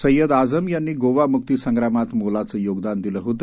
सय्यद आजम यांनी गोवा मुक्ती संग्रामात मोलाचं योगदान दिले होते